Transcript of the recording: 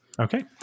Okay